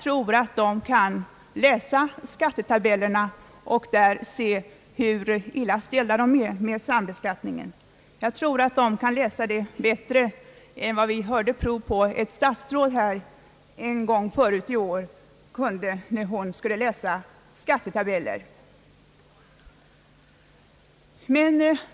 De kan säkert läsa skattetabelierna och där se hur illa ställda de är i fråga om sambeskattningen. De kan säkert läsa detta bättre än vad vi hörde prov på av ett statsråd här förut i år när hon skulle läsa skattetabeller.